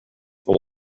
will